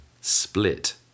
split